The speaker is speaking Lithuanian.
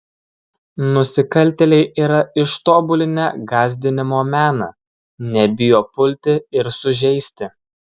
nusikaltėliai yra ištobulinę gąsdinimo meną nebijo pulti ir sužeisti